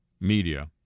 media